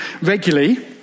regularly